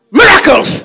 miracles